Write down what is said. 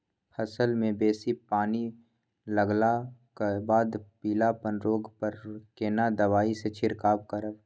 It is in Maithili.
फसल मे बेसी पानी लागलाक बाद पीलापन रोग पर केना दबाई से छिरकाव करब?